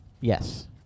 Yes